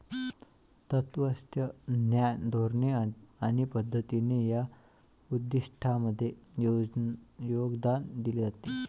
तत्त्वज्ञान, धोरणे आणि पद्धतींनी या उद्दिष्टांमध्ये योगदान दिले आहे